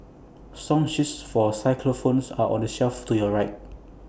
song sheets for are on the shelf to your right